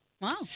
Wow